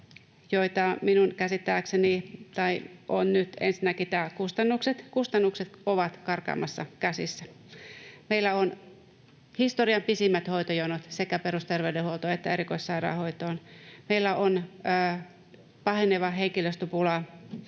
Ensinnäkin nämä kustannukset ovat karkaamassa käsistä. Meillä on historian pisimmät hoitojonot sekä perusterveydenhuoltoon että erikoissairaanhoitoon. Meillä on paheneva henkilöstöpula.